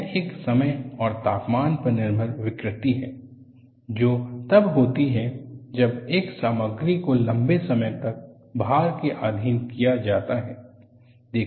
यह एक समय और तापमान पर निर्भर विकृति है जो तब होती है जब एक सामग्री को लंबे समय तक भार के अधीन किया जाता है